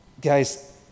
Guys